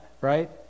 right